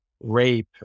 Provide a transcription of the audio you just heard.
rape